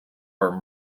were